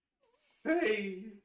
Say